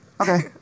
Okay